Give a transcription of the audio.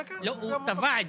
הוא תבע את